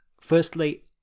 Firstly